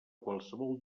qualsevol